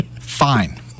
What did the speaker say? fine